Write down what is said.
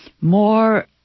more